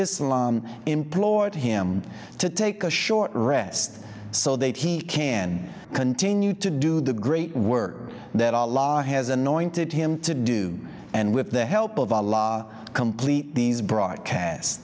islam implored him to take a short rest so they'd he can continue to do the great work that our law has anointed him to do and with the help of our law to complete these broadcasts